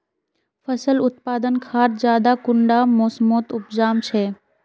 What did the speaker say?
फसल उत्पादन खाद ज्यादा कुंडा मोसमोत उपजाम छै?